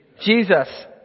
jesus